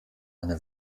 eine